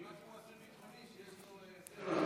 לא כמו אסיר ביטחוני,